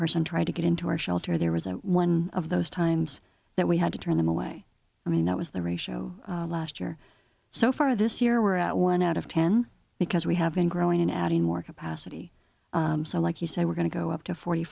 person trying to get into our shelter there was one of those times that we had to turn them away i mean that was the ratio last year so far this year we're at one out of ten because we have been growing and adding more capacity so like you said we're going to go up to forty